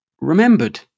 remembered